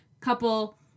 couple